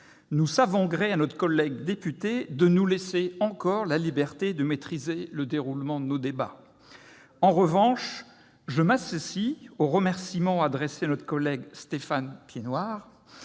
Nous savons gré à notre collègue députée de nous laisser encore la liberté de maîtriser le déroulement de nos débats. En revanche, je m'associe aux remerciements adressés à notre collègue Stéphane Piednoir,